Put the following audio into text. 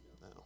No